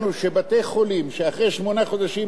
אחרי שמונה חודשים גונזים את התיקים,